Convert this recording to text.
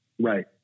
Right